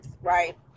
right